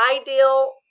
ideal